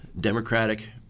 Democratic